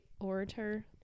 orator